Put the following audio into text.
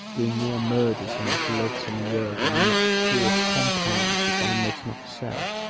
doing more murders in this loathsome world than these poor compounds that thou mayst not sell